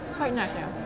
quite nice sia